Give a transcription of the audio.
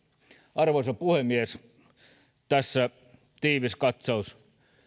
arvoisa puhemies tässä tiivis katsaus